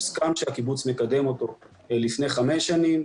הוסכם שהקיבוץ מקדם אותו לפני חמש שנים,